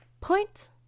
Point